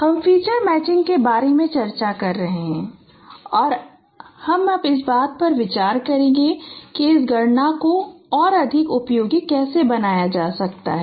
हम feature matching के बारे में चर्चा कर रहे हैं और अब हम इस बात पर विचार करेंगे कि इस गणना को और अधिक उपयोगी कैसे बनाया जा सकता है